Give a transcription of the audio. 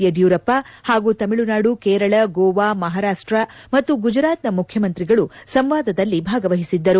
ಯಡಿಯೂರಪ್ಪ ಹಾಗೂ ತಮಿಳುನಾಡು ಕೇರಳ ಗೋವಾ ಮಹಾರಾಷ್ಟ ಮತ್ತು ಗುಜರಾತ್ನ ಮುಖ್ಯಮಂತ್ರಿಗಳು ಸಂವಾದದಲ್ಲಿ ಭಾಗವಹಿಸಿದ್ದರು